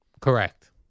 Correct